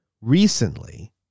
recently